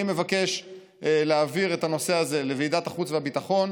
אני מבקש להעביר את הנושא הזה לוועדת החוץ והביטחון,